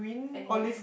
and he has